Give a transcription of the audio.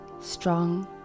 strong